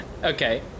Okay